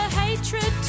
hatred